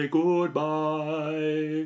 goodbye